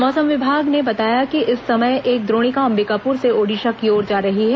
मौसम विभाग ने बताया है कि इस समय एक द्रोणिका अंबिकापुर से ओडिशा की ओर जा रही है